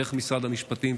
דרך משרד המשפטים.